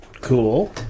Cool